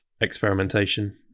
experimentation